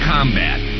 Combat